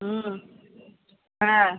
হুম হ্যাঁ